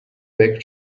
back